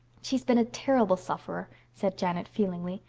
she's been a terrible sufferer, said janet feelingly.